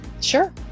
Sure